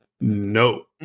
no